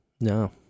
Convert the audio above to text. no